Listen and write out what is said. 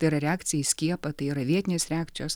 tai yra reakcija į skiepą tai yra vietinės reakcijos